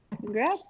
Congrats